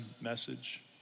message